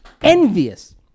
envious